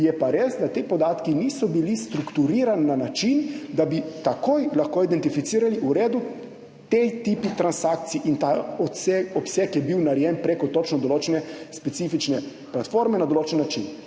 Je pa res, da ti podatki niso bili strukturirani na način, da bi lahko takoj identificirali, v redu, ti tipi transakcij in ta obseg je bil narejen prek točno določene specifične platforme, na določen način.